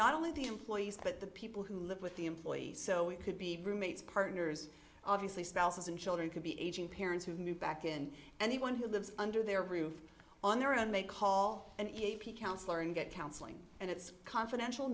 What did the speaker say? not only the employees but the people who live with the employees so we could be roommates partners obviously spouses and children could be aging parents who move back in and the one who lives under their roof on their own they call an e p counselor and get counseling and it's confidential